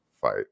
fight